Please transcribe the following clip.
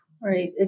Right